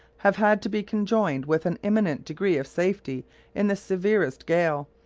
have had to be conjoined with an eminent degree of safety in the severest gale,